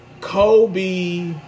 Kobe